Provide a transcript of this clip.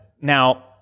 Now